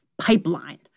pipeline